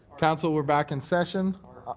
council we're back in session.